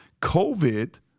COVID